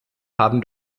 haben